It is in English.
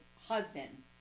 husband